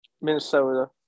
Minnesota